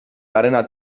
garena